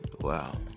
Wow